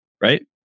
right